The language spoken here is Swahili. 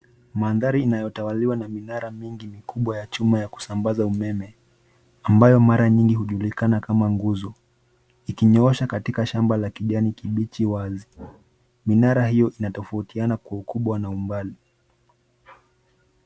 Mandhari inayotawaliwa na minara mingi mikubwa ya chuma ya kusabaza umeme ambayo mara mingi hujulikana kama nguzo, ikinyoosha katika shamba la kijani kibichi wazi. Minara hiyo inatofautiana kwa ukubwa na umbali.